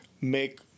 make